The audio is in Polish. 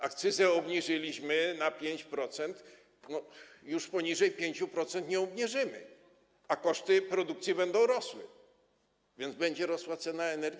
Akcyzę obniżyliśmy do 5%, już poniżej 5% nie obniżymy, a koszty produkcji będą rosły, więc będzie rosła cena energii.